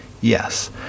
Yes